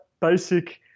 basic